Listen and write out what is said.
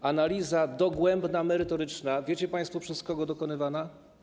Była analiza, dogłębna, merytoryczna, wiecie państwo, przez kogo dokonywana?